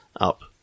up